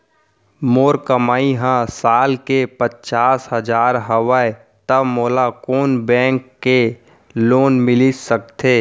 मोर कमाई ह साल के पचास हजार हवय त मोला कोन बैंक के लोन मिलिस सकथे?